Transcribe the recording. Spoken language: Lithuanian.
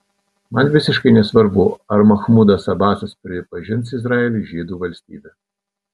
man visiškai nesvarbu ar machmudas abasas pripažins izraelį žydų valstybe